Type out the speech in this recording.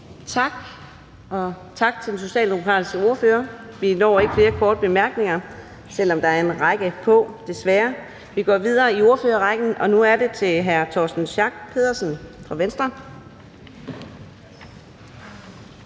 Tak til den socialdemokratiske ordfører. Vi når ikke flere korte bemærkninger, selv om der er en række på listen, desværre. Vi går videre i ordførerrækken, og nu er det hr. Torsten Schack Pedersen fra Venstre.